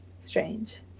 strange